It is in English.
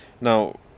Now